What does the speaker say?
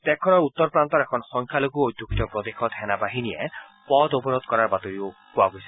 দেশখনৰ উত্তৰপ্ৰান্তৰ এখন সংখ্যালঘু অধুষিত প্ৰদেশত সেনা বাহিনীৰ পথ অৱৰোধ কৰাৰ বাতৰি পোৱা গৈছে